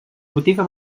botiga